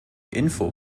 info